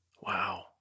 Wow